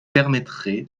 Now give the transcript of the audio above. permettrait